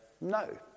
no